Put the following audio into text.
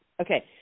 Okay